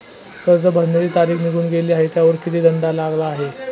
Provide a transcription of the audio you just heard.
कर्ज भरण्याची तारीख निघून गेली आहे त्यावर किती दंड लागला आहे?